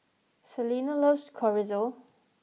Salina loves Chorizo